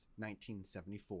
1974